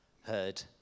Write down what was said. heard